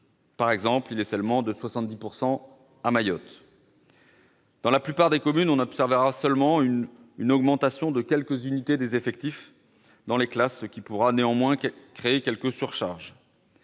par exemple, de 70 % à Mayotte. Dans la plupart des communes, on observera une augmentation de quelques unités des effectifs dans les classes, ce qui pourra néanmoins créer quelques surcharges.